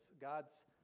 God's